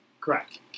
Correct